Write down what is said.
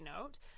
note